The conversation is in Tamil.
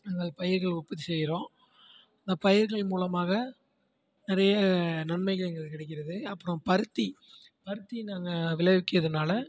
பயிர்கள் உற்பத்தி செய்கிறோம் அந்த பயிர்கள் மூலமாக நிறைய நன்மைகள் கிடைக்கிறது அப்புறம் பருத்தி பருத்தி நாங்கள் விளைவிக்கிறதுனால்